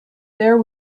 there